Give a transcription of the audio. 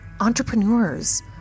entrepreneurs